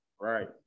Right